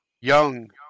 Young